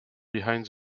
behind